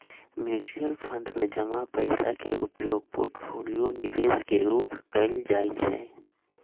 mutual fund में जमा पइसा के उपयोग पोर्टफोलियो निवेश के रूपे कएल जाइ छइ